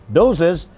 doses